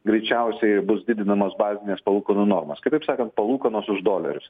greičiausiai bus didinamos bazinės palūkanų normos kitaip sakant palūkanos už dolerius